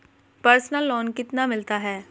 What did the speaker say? Personal loan कितना मिलता है?